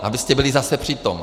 Abyste byli zase při tom.